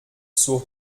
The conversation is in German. zur